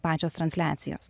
pačios transliacijos